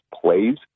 plays